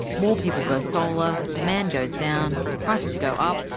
more people go solar, demand goes down, prices go up,